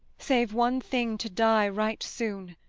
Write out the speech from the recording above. save one thing to die right soon.